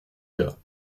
gars